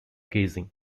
gazing